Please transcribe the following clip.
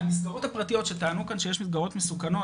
המסגרות הפרטיות שטענו כאן שיש מסגרות מסוכנות